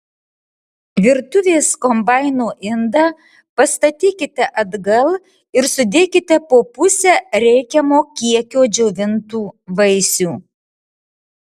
virtuvės kombaino indą pastatykite atgal ir sudėkite po pusę reikiamo kiekio džiovintų vaisių